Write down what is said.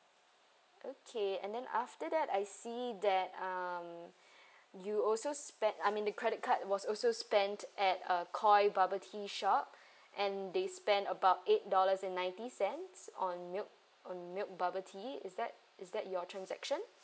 okay and then after that I see that um you also spent I mean the credit card was also spent at uh KOI bubble tea shop and they spent about eight dollars and ninety cents on milk on milk bubble tea is that is that your transaction